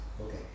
Okay